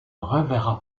reverra